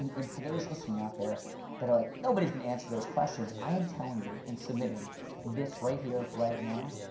and for those listening out there that are like, nnbody's going to answer those questions. i am telling you and submitting this right here right now.